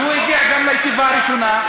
אז הוא הגיע גם לישיבה הראשונה.